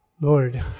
Lord